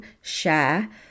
share